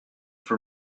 for